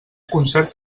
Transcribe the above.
concert